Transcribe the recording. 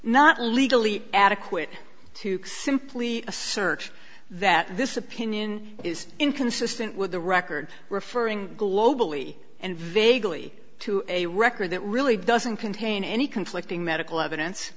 not legally adequate to simply assert that this opinion is inconsistent with the record referring globally and vaguely to a record that really doesn't contain any conflicting medical evidence